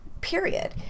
period